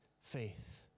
faith